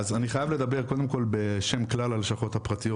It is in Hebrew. אני חייב לדבר קודם כל בשם כלל הלשכות הפרטיות